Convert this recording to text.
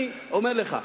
אני אומר לך,